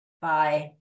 Bye